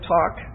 Talk